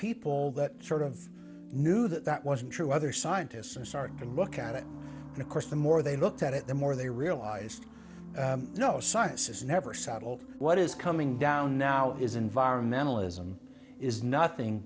people that sort of knew that that wasn't true other scientists and start going look at it and of course the more they looked at it the more they realized no science is never settled what is coming down now is environmental ism is nothing